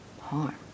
harm